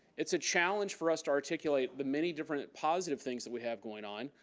it's a challenge for us to articulate, the many different positive things that we have going on,